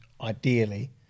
ideally